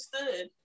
understood